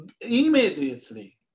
immediately